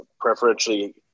preferentially